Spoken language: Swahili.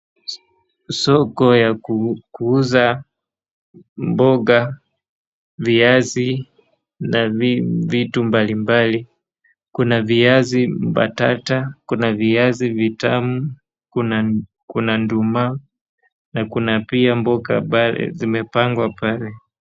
Soko ya ku, kuuza mboga, viazi na vi, vitu mbali mbali. Kuna viazi batata, viazi vitamu, kuna, kuna nduma, na kuna pia mboga ambaye zimepangwa pale